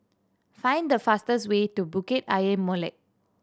find the fastest way to Bukit Ayer Molek